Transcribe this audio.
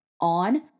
On